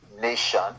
nation